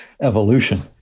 evolution